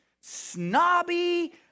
snobby